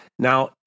Now